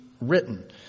written